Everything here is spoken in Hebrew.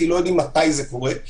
כי לא יודעים מתי זה קורה.